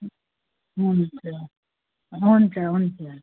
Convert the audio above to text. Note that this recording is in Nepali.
हुन्छ हुन्छ हुन्छ